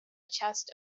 chest